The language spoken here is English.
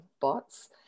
bots